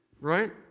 Right